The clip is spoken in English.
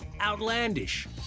outlandish